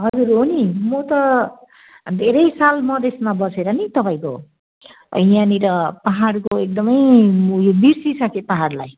हजुर हो नि म त धेरै साल मधेसमा बसेर नि तपाईँको यहाँनिर पहाडको एकदमै म यो बिर्सिसकेँ पहाडलाई